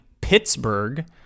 Pittsburgh